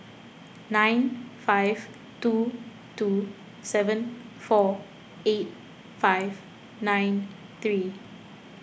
nine five two two seven four eight five nine three